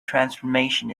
transformation